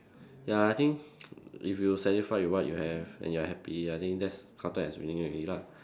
ya I think if you satisfied with what you have and you're happy I think that's counted as winning already lah